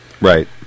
Right